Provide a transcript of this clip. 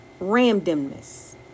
randomness